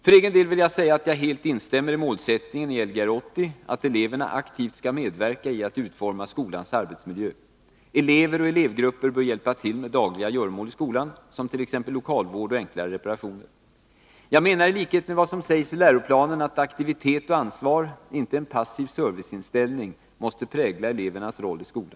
För egen del vill jag säga att jag helt instämmer i målsättningen i Lgr 80 att eleverna aktivt skall medverka i att utforma skolans arbetsmiljö. Elever och elevgrupper bör hjälpa till med dagliga göromål i skolan, t.ex. lokalvård och enklare reparationer. Jag menar i likhet med vad som sägs i läroplanen att aktivitet och ansvar, inte en passiv serviceinställning, måste prägla elevernas roll i skolan.